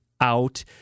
out